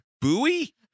buoy